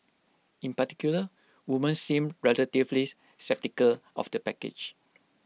in particular women seemed relatively sceptical of the package